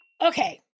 Okay